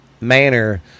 manner